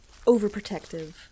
overprotective